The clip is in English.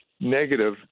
negative